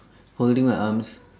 holding my arms